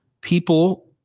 people